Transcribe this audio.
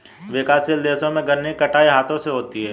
विकासशील देशों में गन्ने की कटाई हाथों से होती है